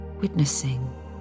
Witnessing